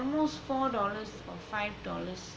almost four dollars or five dollars